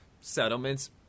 settlements